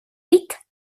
wiet